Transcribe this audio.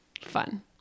fun